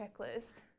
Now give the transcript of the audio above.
checklist